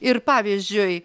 ir pavyzdžiui